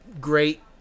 great